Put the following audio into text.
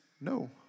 no